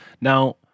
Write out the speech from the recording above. Now